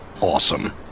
Awesome